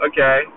Okay